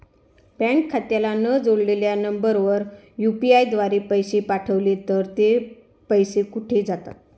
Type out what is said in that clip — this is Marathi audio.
बँक खात्याला न जोडलेल्या नंबरवर यु.पी.आय द्वारे पैसे पाठवले तर ते पैसे कुठे जातात?